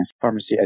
pharmacy